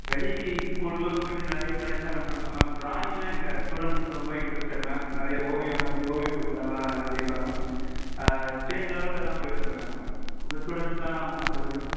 வெளி ஸ்கூலுக்குலாம் போயிட்டு நிறைய ப்ரைஸ்லாம் வின் பண்ணுவாங்க மேம் ட்ராயிங்கில் எங்கள் ஸ்டூடண்ட்ஸ் வந்து ரொம்ப இண்ட்ரஸ்டட் மேம் நிறைய ஓவியம் வரைஞ்சு ஓவியப் போட்டியிலெலாம் நல்லா ஜெயிப்பாங்க மேம் ஸ்டேட் லெவலுக்கெல்லாம் போயிட்டு வந்துருக்காங்க மேம் உங்கள் ஸ்டூடண்ட்ஸ்லாம் மற்றபடி